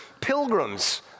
pilgrims